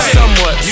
somewhat